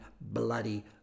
bloody